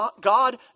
God